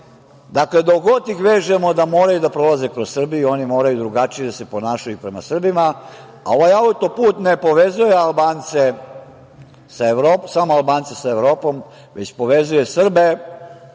dakle, dok god ih vežemo da moraju da prolaze kroz Srbiju oni moraju drugačije da se ponašaju prema Srbima. Ovaj autoput ne povezuje samo Albance sa Evropom, već povezuje Srbe